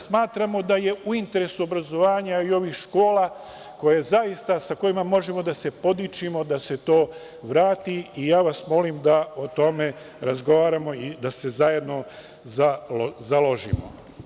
Smatramo da je u interesu obrazovanja i ovih škola, sa kojima zaista možemo da se podičimo, da se to vrati i ja vas molim da o tome razgovaramo i da se zajedno založimo.